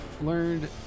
learned